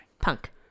Punk